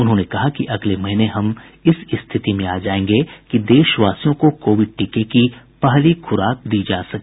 उन्होंने कहा कि अगले महीने हम इस स्थिति में आ जायेंगे कि देशवासियों को कोविड टीके की पहली खुराक दी जा सके